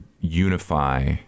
unify